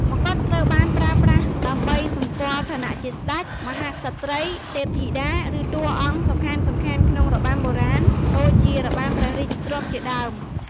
ម្កុដត្រូវបានប្រើប្រាស់ដើម្បីសម្គាល់ ឋានៈជាស្តេច មហាក្សត្រី ទេពធីតា ឬតួអង្គសំខាន់ៗក្នុងរបាំបុរាណ ដូចជារបាំព្រះរាជទ្រព្យជាដើម។